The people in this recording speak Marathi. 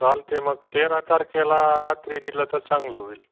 चालते मग तेरा तारखेला रात्री दिलं तर चांगलं होईल